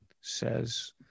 says